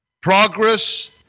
Progress